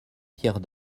pierre